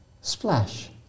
Splash